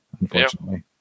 unfortunately